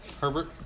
Herbert